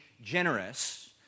generous